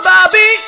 Bobby